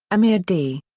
amir d.